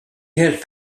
has